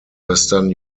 western